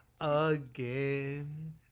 again